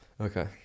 Okay